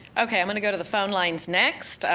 okay, i'm gonna go to the phone lines next.